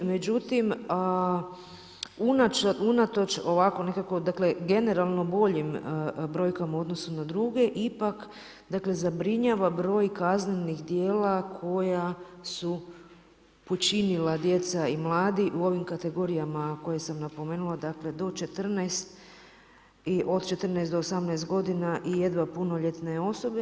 Međutim, unatoč ovako nekako dakle, generalno boljim brojkama u odnosu na druge ipak dakle, zabrinjava broj kaznenih djela koja su počinila djeca i mladi u ovim kategorijama koje sam napomenula, dakle do 14 i od 14-18 godina i jedva punoljetne osobe.